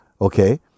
Okay